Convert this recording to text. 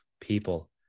people